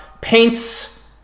Paints